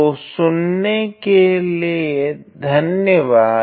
तो सुनने के लिए धन्यवाद